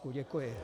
Děkuji.